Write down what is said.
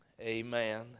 amen